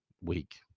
week